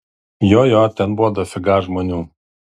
jo jo ten buvo dafiga žmonių